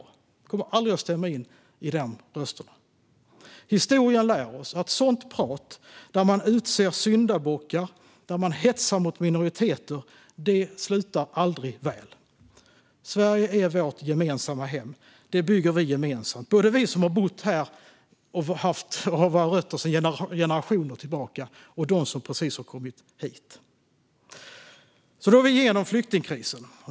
Jag kommer aldrig att stämma in i dessa röster. Historien lär oss att sådant prat, där man utser syndabockar och hetsar mot minoriteter, aldrig slutar väl. Sverige är vårt gemensamma hem. Det bygger vi gemensamt, både vi som har bott här och har våra rötter här sedan generationer tillbaka och de som precis har kommit hit. Så är vi då igenom flyktingkrisen.